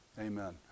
Amen